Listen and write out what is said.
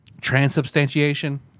Transubstantiation